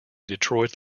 detroit